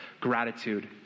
gratitude